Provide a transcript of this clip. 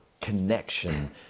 connection